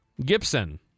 Gibson